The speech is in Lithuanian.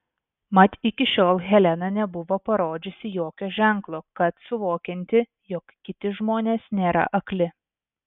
mat iki šiol helena nebuvo parodžiusi jokio ženklo kad suvokianti jog kiti žmonės nėra akli